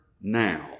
now